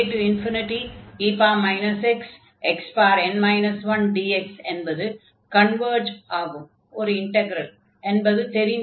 ae xxn 1dx என்பது converge ஆகும் ஒரு இன்டக்ரல் என்பது தெரிந்ததே